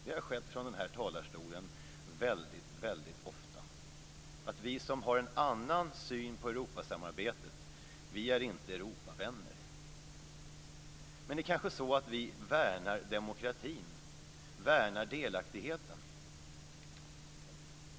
Det har från den här talarstolen väldigt ofta påståtts att vi som har en annan syn på Europasamarbetet inte är Europavänner. Men kanske är det så att vi värnar demokratin och delaktigheten.